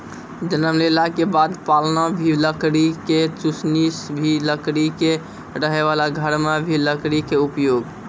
जन्म लेला के बाद पालना भी लकड़ी के, चुसनी भी लकड़ी के, रहै वाला घर मॅ भी लकड़ी के उपयोग